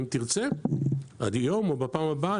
אם תרצה היום או בפעם הבאה,